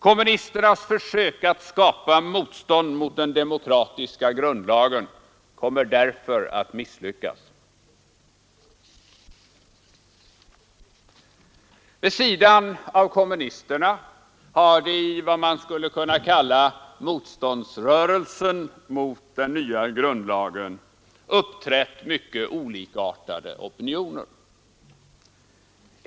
Kommunisternas försök att skapa motstånd mot den demokratiska grundlagen kommer därför att misslyckas. Vid sidan av kommunisterna har det i vad man skulle kunna kalla ”motståndsrörelsen mot den nya grundlagen” uppträtt mycket olikartade opinioner.